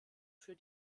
für